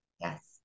Yes